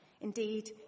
Indeed